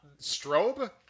Strobe